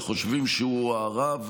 שחושבים שהוא הרב,